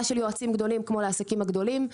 של יועצים גדולים כמו לעסקים גדולים.